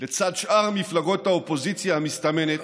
לצד שאר מפלגות האופוזיציה המסתמנת,